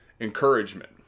encouragement